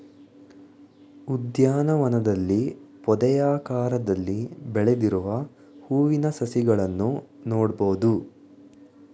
ಉದ್ಯಾನವನದಲ್ಲಿ ಪೊದೆಯಾಕಾರದಲ್ಲಿ ಬೆಳೆದಿರುವ ಹೂವಿನ ಸಸಿಗಳನ್ನು ನೋಡ್ಬೋದು